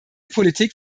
politik